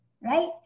right